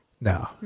No